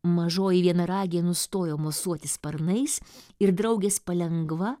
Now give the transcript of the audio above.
mažoji vienaragė nustojo mosuoti sparnais ir draugės palengva